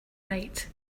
right